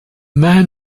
man